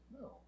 No